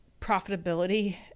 profitability